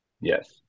Yes